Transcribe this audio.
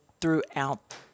throughout